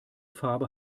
farbe